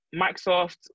Microsoft